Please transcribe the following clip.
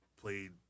played